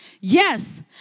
Yes